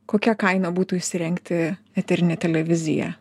kokia kaina būtų įsirengti eterinę televiziją